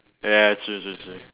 ya ya true true true